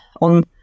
on